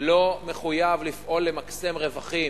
לא מחויב לפעול למקסם רווחים.